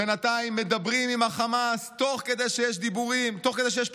בינתיים מדברים עם החמאס תוך כדי שיש פיגועים.